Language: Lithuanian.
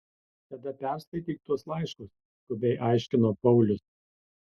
tada perskaityk tuos laiškus skubiai aiškino paulius